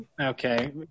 okay